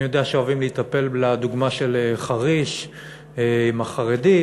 אני יודע שאוהבים להיטפל לדוגמה של חריש עם החרדים,